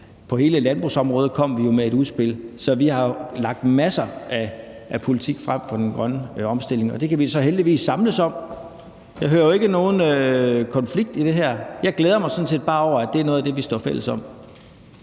På hele landbrugets område kom vi jo med et udspil. Så vi har lagt masser af politik frem i forhold til den grønne omstilling, og det kan vi heldigvis samles om. Jeg hører jo ikke nogen konflikt i det her. Jeg glæder mig sådan set bare over, at det er noget af det, vi er fælles om.